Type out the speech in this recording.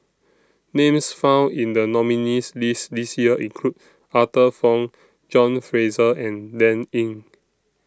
Names found in The nominees' list This Year include Arthur Fong John Fraser and Dan Ying